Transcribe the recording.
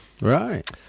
Right